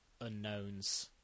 unknowns